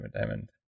diamond